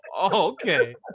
okay